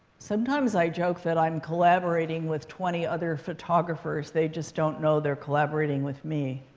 sometimes, i joke that i'm collaborating with twenty other photographers. they just don't know they're collaborating with me.